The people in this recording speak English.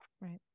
right